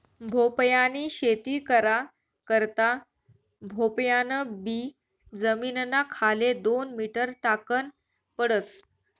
भोपयानी शेती करा करता भोपयान बी जमीनना खाले दोन मीटर टाकन पडस